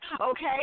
okay